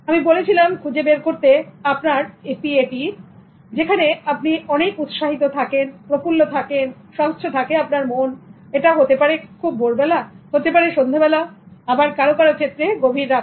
আমি বলেছিলাম খুঁজে বের করতে আপনার PAT যেখানে আপনি অনেক উৎসাহিত থাকেন প্রফুল্ল থাকেন স্বচ্ছ থাকে আপনার মন এটা হতে পারে খুব ভোরবেলা অথবা সন্ধ্যাবেলা আবার কারো কারো ক্ষেত্রে গভীর রাতে